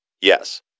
Yes